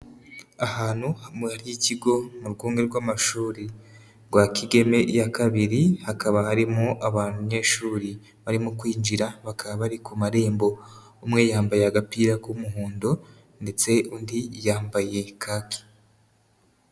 Ahantu h'ikigo mu rwunge rw'amashuri rwa kigeme ya kabiri hakaba harimo abantuyeshuri barimo kwinjira bakaba bari ku marembo, umwe yambaye agapira k'umuhondo ndetse undi yambaye ikanzu.